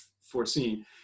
foreseen